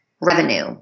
revenue